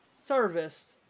Service